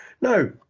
no